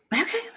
Okay